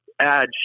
add